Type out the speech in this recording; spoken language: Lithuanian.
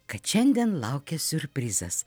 kad šiandien laukia siurprizas